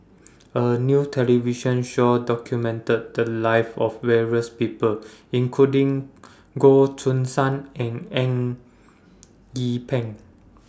A New television Show documented The Lives of various People including Goh Choo San and Eng Yee Peng